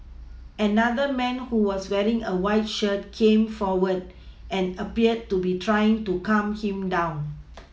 another man who was wearing a white shirt came forward and appeared to be trying to calm him down